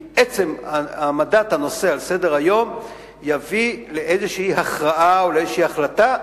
כי עצם העמדת הנושא על סדר-היום יביא לאיזו הכרעה או איזו החלטה.